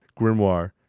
grimoire